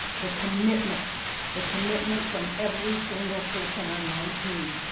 the commitment the commitment from every single person on my team.